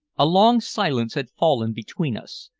a long silence had fallen between us,